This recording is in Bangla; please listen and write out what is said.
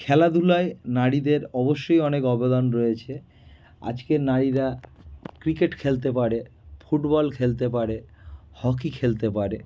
খেলাধুলায় নারীদের অবশ্যই অনেক অবদান রয়েছে আজকের নারীরা ক্রিকেট খেলতে পারে ফুটবল খেলতে পারে হকি খেলতে পারে